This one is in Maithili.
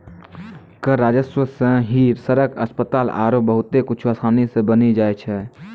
कर राजस्व सं ही सड़क, अस्पताल आरो बहुते कुछु आसानी सं बानी जाय छै